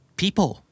people